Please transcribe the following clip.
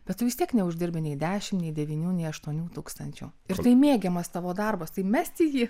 bet tu vis tiek neuždirbi nei dešimt devynių nei aštuonių tūkstančių ir tai mėgiamas tavo darbas tai mesti jį